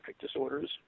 disorders